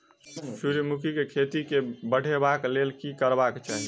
सूर्यमुखी केँ खेती केँ बढ़ेबाक लेल की करबाक चाहि?